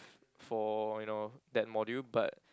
for you know that module but